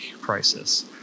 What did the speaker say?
crisis